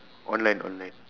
online online